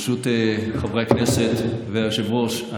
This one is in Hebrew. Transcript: ברשות חברי הכנסת והיושב-ראש,